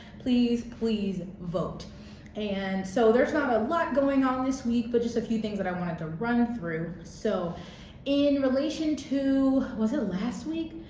please, please vote and so there's not a lot going on this week but just a few things that i wanted to run through. so in relation to was it last week?